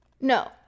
No